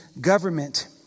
government